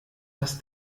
das